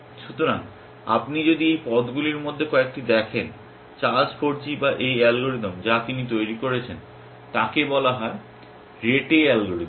সুতরাং আপনি যদি এই পদগুলির মধ্যে কয়েকটি দেখেন চার্লস ফোরজি বা এই অ্যালগরিদম যা তিনি তৈরি করেছেন তাকে বলা হয় রেটে অ্যালগরিদম